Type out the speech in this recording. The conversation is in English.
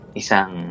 isang